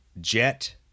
jet